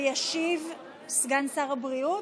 ישיב סגן שר הבריאות.